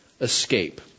escape